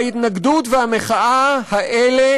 וההתנגדות והמחאה האלה